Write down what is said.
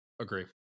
agree